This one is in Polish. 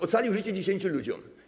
Ocalił życie 10 ludziom.